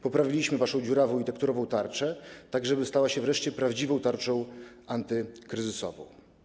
Poprawiliśmy waszą dziurawą i tekturową tarczę tak, żeby stała się wreszcie prawdziwą tarczą antykryzysową.